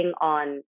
on